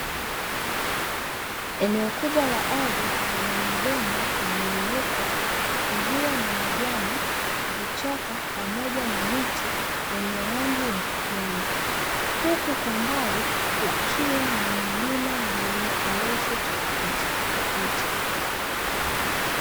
Eneo kubwa la ardhi lina mabonde na miinuko iliyo na majani, vichaka pamoja na miti yenye rangi ya kijani. Huku kwa mbali kukiwa na milima yenye urefu tofauti tofauti.